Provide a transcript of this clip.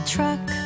Truck